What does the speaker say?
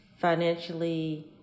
financially